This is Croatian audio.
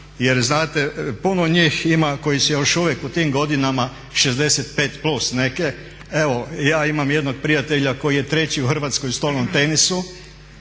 jer znate puno njih ima koji se još u tim godinama 65+ neke evo i ja imam jednog prijatelja koji je 3.u Hrvatskoj u stolnom tenisu